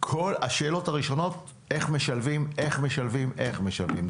השאלות הראשונות - איך משלבים איך משלבים איך משלבים,